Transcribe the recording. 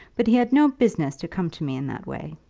but he had no business to come to me in that way.